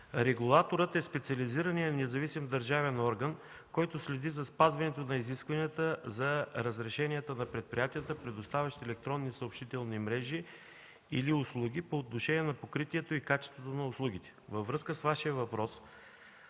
Регулаторът е специализираният независим държавен орган, който следи за спазването на изискванията за разрешенията на предприятията, предоставящи електронни съобщителни мрежи или услуги по отношение на покритието и качеството на услугите. Във връзка с Вашия въпрос